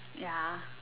ya